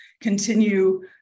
continue